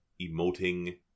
emoting